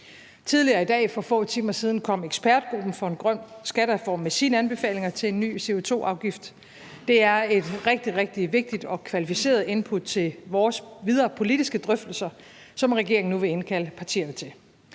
Tidligere i dag, for få timer siden, kom ekspertgruppen for en grøn skattereform med sine anbefalinger til en ny CO2-afgift. Det er et rigtig, rigtig vigtigt og kvalificeret input til vores videre politiske drøftelser, som regeringen nu vil indkalde partierne til.